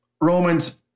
Romans